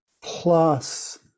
plus